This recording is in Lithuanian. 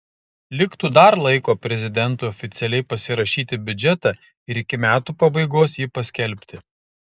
liktų dar laiko prezidentui oficialiai pasirašyti biudžetą ir iki metų pabaigos jį paskelbti